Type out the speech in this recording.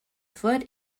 foot